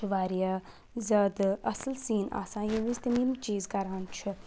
واریاہ زیادٕ اَصٕل سیٖن آسان ییٚمہِ وِز تِم یِم چیٖز کَران چھِ